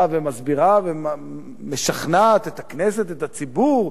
ומסבירה ומשכנעת את הכנסת ואת הציבור,